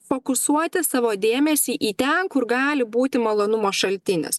fokusuoti savo dėmesį į ten kur gali būti malonumo šaltinis